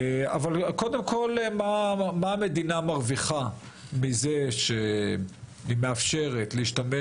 אבל קודם כל מה המדינה מרוויחה מזה שהיא מאפשרת להשתמש